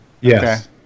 Yes